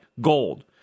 gold